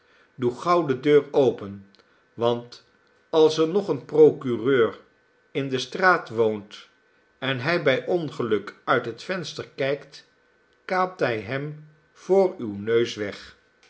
doe gauw de deur open want als er nog een procureur in de straat woont en hij bij ongeluk uit het venster kijkt kaapt hij hem voor uw neus weg